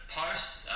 post